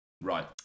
Right